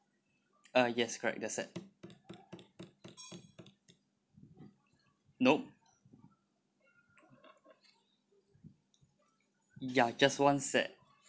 uh yes correct the set nope ya just one set